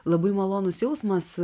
labai malonus jausmas